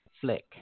Flick